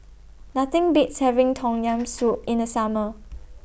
Nothing Beats having Tom Yam Soup in The Summer